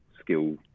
skill